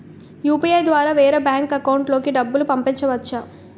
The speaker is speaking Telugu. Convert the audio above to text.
యు.పి.ఐ ద్వారా వేరే బ్యాంక్ అకౌంట్ లోకి డబ్బులు పంపించవచ్చా?